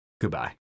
Goodbye